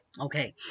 Okay